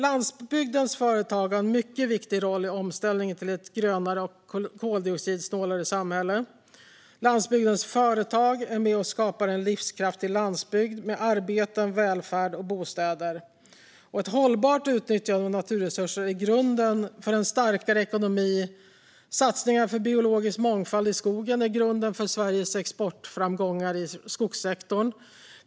Landsbygdens företag har en mycket viktig roll i omställningen till ett grönare och koldioxidsnålare samhälle. Landsbygdens företag är med och skapar en livskraftig landsbygd med arbeten, välfärd och bostäder. Ett hållbart utnyttjande av naturresurser är grunden för en starkare ekonomi. Satsningar på biologisk mångfald i skogen är grunden för Sveriges exportframgångar i skogssektorn.